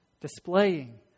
displaying